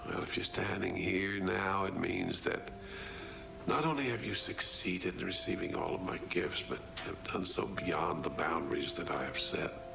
if you're standing here now, it means that not only have you succeeded in receiving all of my gifts, but have done so beyond the boundaries that i have set.